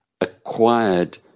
acquired